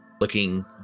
looking